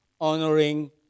honoring